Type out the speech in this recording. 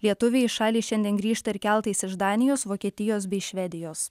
lietuviai į šalį šiandien grįžta ir keltais iš danijos vokietijos bei švedijos